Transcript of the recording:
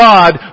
God